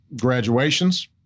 graduations